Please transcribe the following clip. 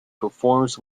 performs